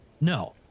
No